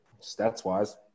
stats-wise